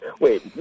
Wait